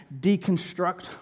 deconstruct